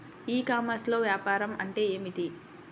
ఈ కామర్స్లో వ్యాపారం అంటే ఏమిటి?